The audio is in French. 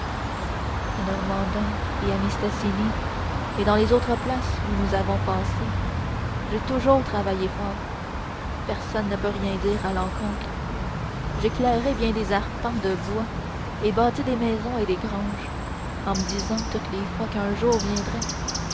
normandin et à mistassini et dans les autres places où nous avons passé j'ai toujours travaillé fort personne ne peut rien dire à l'encontre j'ai clairé bien des arpents de bois et bâti des maisons et des granges en me disant toutes les fois qu'un jour viendrait